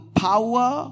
power